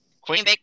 Queen